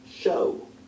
show